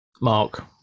Mark